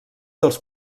dels